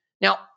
now